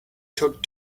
took